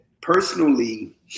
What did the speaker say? Personally